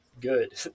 good